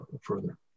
further